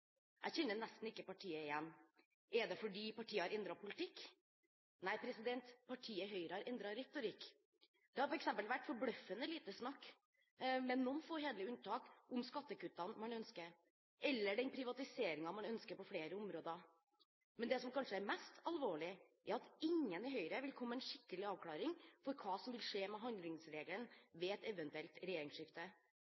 Jeg kjenner nesten ikke partiet igjen. Er det fordi partiet har endret politikk? Nei, partiet Høyre har endret retorikk. Det har f.eks. vært forbløffende lite snakk om – med noen få, hederlige unntak – skattekuttene eller privatiseringen man ønsker på flere områder. Men det som kanskje er mest alvorlig, er at ingen i Høyre vil komme med en skikkelig avklaring av hva som vil skje med handlingsregelen